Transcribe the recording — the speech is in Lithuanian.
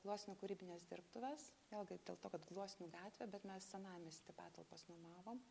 gluosnių kūrybinės dirbtuvės vėlgi dėl to kad gluosnių gatvė bet mes senamiesty patalpas nuomavom